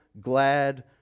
glad